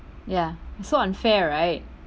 ya so unfair right